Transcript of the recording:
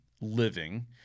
living